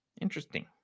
Interesting